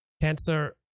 Cancer